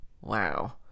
Wow